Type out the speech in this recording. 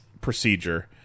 procedure